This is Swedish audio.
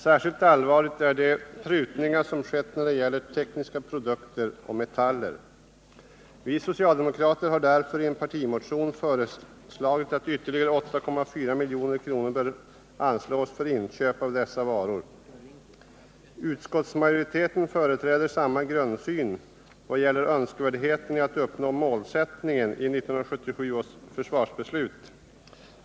Särskilt allvarliga är de prutningar som skett när det gäller tekniska produkter och metaller. Vi socialdemokrater har därför i en partimotion föreslagit att ytterligare 8,4 milj.kr. anslås för inköp av dessa varor. Utskottsmajoriteten företräder samma grundsyn i vad gäller önskvärdheten i att hålla fast vid målsättningen i 1977 års försvarsbeslut.